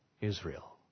Israel